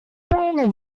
bogen